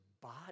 body